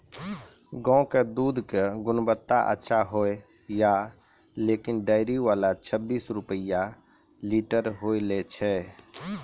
गांव के दूध के गुणवत्ता अच्छा होय या लेकिन डेयरी वाला छब्बीस रुपिया लीटर ही लेय छै?